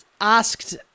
asked